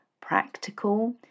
practical